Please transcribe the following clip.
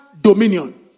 dominion